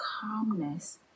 calmness